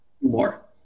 More